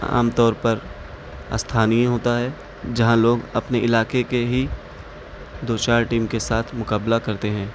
عام طور پر استھانیہ ہوتا ہے جہاں لوگ اپنے علاقے کے ہی دو چار ٹیم کے ساتھ مقابلہ کرتے ہیں